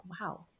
wow